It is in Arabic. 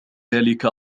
ذلك